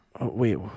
Wait